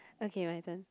okay my turn